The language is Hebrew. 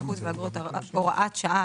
התמחות ואגרות)(הוראת שעה),